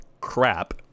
crap